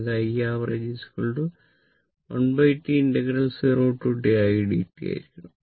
അതായതു Iavg 1T 0Tidt ആയിരിക്കണം